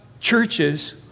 churches